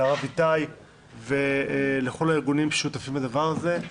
לרב איתי ולכל הארגונים ששותפים לדבר הזה.